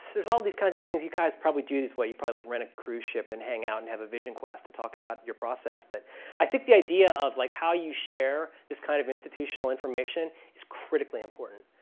there's all these kinds of things you guys probably do this where you probably like rent a cruise ship and hang out and have a vision quest to talk about your process but i think the idea of like how you share this kind of institutional information is critically important.